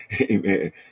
Amen